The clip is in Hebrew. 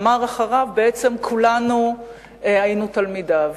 אמר אחריו: בעצם כולנו היינו תלמידיו,